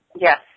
Yes